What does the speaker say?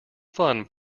fun